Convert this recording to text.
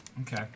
Okay